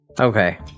Okay